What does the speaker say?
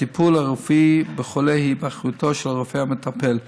והטיפול הרפואי בחולה הוא באחריותו של הרופא המטפל.